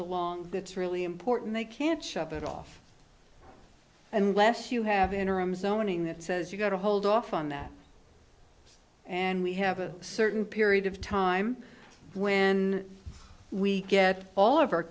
along that's really important they can't shut it off and less you have interim zoning that says you've got to hold off on that and we have a certain period of time when we get all of our